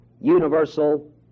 universal